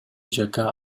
жакка